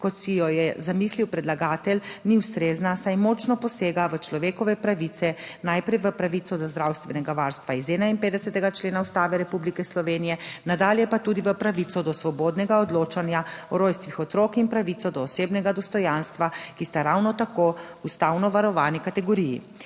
kot si jo je zamislil predlagatelj, ni ustrezna, saj močno posega v človekove pravice, najprej v pravico do zdravstvenega varstva iz 51. člena Ustave Republike Slovenije, nadalje pa tudi v pravico do svobodnega odločanja o rojstvih otrok in pravico do osebnega dostojanstva, ki sta ravno tako ustavno varovani kategoriji.